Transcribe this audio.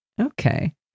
okay